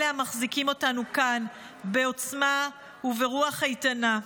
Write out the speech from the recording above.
אלה המחזיקים אותנו כאן בעוצמה וברוח איתנה.